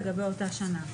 לגבי אותה שנה,